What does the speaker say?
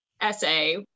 essay